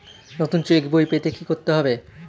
নতুন চেক বই পেতে কী করতে হবে?